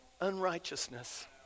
unrighteousness